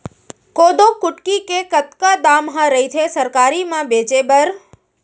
कोदो कुटकी के कतका दाम ह रइथे सरकारी म बेचे बर?